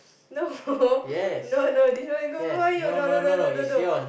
no no no this one you no no no no no no